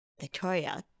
Victoria